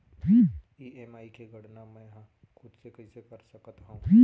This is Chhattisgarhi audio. ई.एम.आई के गड़ना मैं हा खुद से कइसे कर सकत हव?